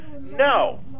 No